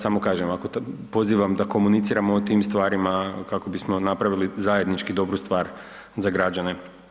Samo kažem, ako, pozivam da komuniciramo o tim stvarima kako bismo napravili zajednički dobru stvar za građane.